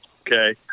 okay